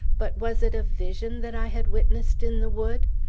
but was it a vision that i had witnessed in the wood?